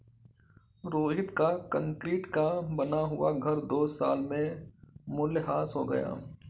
रोहित का कंक्रीट का बना हुआ घर दो साल में मूल्यह्रास हो गया